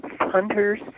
hunters